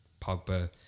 Pogba